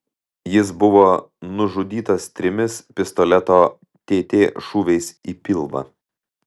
jis buvo nužudytas trimis pistoleto tt šūviais į pilvą